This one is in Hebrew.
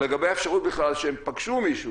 אבל לגבי האפשרות בכלל שהם פגשו מישהו